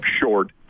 short